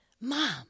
Mom